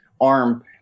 arm